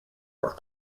were